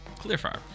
Clearfire